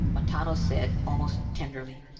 montano said, almost tenderly,